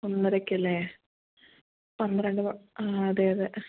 ഒന്നരക്ക് അല്ലേ പന്ത്രണ്ട് അതെ അതെ